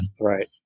Right